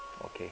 okay